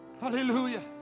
Hallelujah